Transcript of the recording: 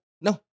no